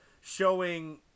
showing